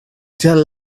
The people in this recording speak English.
tell